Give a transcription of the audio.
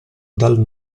dal